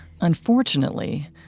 Unfortunately